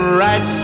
right